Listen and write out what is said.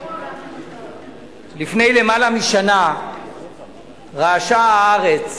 לפני למעלה משנה רעשה הארץ